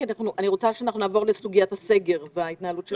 אני רוצה שאנחנו נעבור לסוגיית הסגר וההתנהלות של המשטרה.